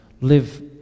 Live